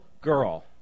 girl